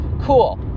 Cool